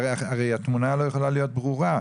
הרי, התמונה לא יכולה להיות ברורה.